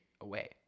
away